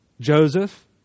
Joseph